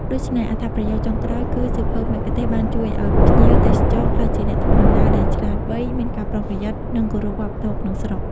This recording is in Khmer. ដូច្នេះ អត្ថប្រយោជន៍ចុងក្រោយគឺ សៀវភៅមគ្គុទ្ទេសក៍បានជួយឲ្យភ្ញៀវទេសចរក្លាយជាអ្នកធ្វើដំណើរដែល ឆ្លាតវៃ មានការប្រុងប្រយ័ត្ន និងគោរព វប្បធម៌ក្នុងស្រុក។